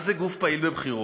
מה זה "גוף פעיל בבחירות"?